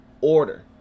order